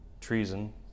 treason